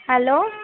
hello